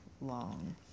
long